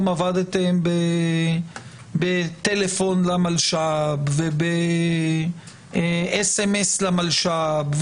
עבדתם בטלפון למלש"ב ובסמ"ס למלש"ב,